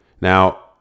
Now